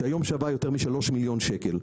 שהיום שווה יותר משלוש מיליון שקל.